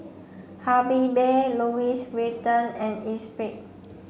Habibie Louis Vuitton and Esprit